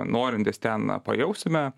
norintys ten pajausime